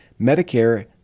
Medicare